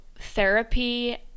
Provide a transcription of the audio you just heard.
therapy